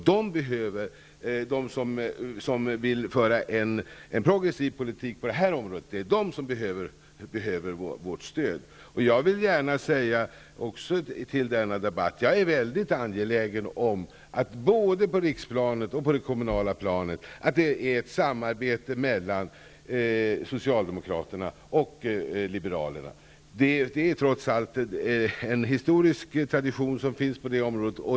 Det är de som vill föra en progressiv politik på detta område som behöver vårt stöd. Jag vill gärna också säga i denna debatt att jag är mycket angelägen om att det sker ett samarbete mellan Socialdemokraterna och liberalerna både på riksplanet och på det kommunala planet. Det finns trots allt en historisk tradition på detta område.